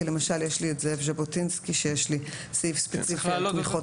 כי למשל יש לי את זאב ז'בוטינסקי שיש לי סעיף ספציפי על תמיכות.